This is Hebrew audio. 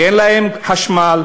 כי אין להם חשמל,